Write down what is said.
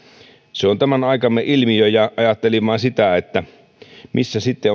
se on tämän aikamme ilmiö ja ajattelin vain sitä että missä sitten